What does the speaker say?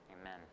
Amen